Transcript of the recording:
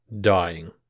Dying